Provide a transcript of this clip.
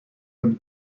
him